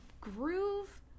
Groove